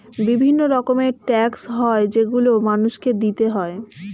বিভিন্ন রকমের ট্যাক্স হয় যেগুলো মানুষকে দিতে হয়